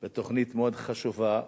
בתוכנית מאוד חשובה,